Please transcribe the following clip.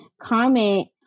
comment